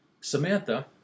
samantha